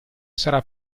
sarà